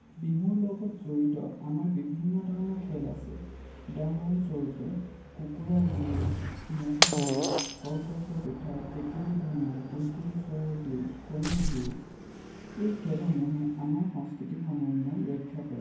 বিহুৰ লগত জড়়িত আমাৰ বিভিন্ন ধৰণৰ খেল আছে উদাহৰণস্বৰূপে কুকুৰা যুঁজ ম'হৰ যুঁজ কলগছত উঠা টেকেলি ভঙা বুলবুলি চৰাইৰ যুঁজ কণী যুঁজ এই খেলসমূহে আমাৰ সাংস্কৃতিক সমন্বয় ৰক্ষা কৰে